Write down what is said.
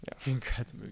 Congrats